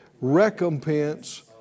recompense